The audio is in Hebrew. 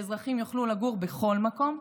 שאזרחים יוכלו לגור בכל מקום,